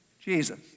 Jesus